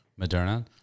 Moderna